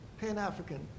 Pan-African